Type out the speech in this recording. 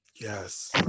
yes